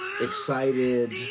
excited